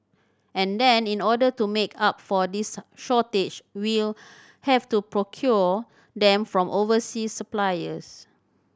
and then in order to make up for this shortage we'll have to procure them from overseas suppliers